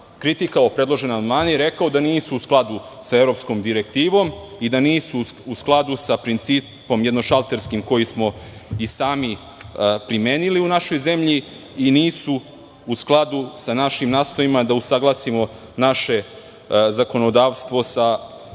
kritikovao predložene amandmane i rekao da nisu u skladu sa Evropskom direktivom i da nisu u skladu sa principom jednošalterskim koji smo i sami primenili u našoj zemlji i nisu u skladu sa našim nastojanjima da usaglasimo naše zakonodavstvo sa